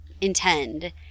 intend